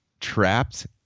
trapped